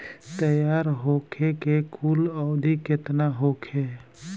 तैयार होखे के कुल अवधि केतना होखे?